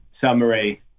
summary